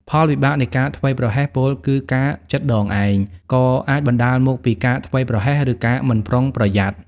ផលវិបាកនៃការធ្វេសប្រហែស ពោលគឺការចិតដងឯង ក៏អាចបណ្ដាលមកពី ការធ្វេសប្រហែស ឬ ការមិនប្រុងប្រយ័ត្ន។